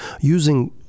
using